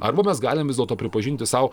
arba mes galim vis dėlto pripažinti sau